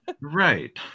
Right